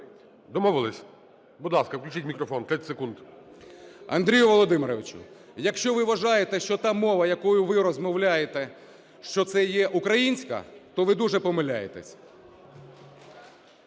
Домовилися. Будь ласка, включіть мікрофон. 30 секунд. 10:12:38 ВІЛКУЛ О.Ю. Андрію Володимировичу, якщо ви вважаєте, що та мова, якою ви розмовляєте, що це є українська, то ви дуже помиляєтеся.